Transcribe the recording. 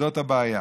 זאת הבעיה.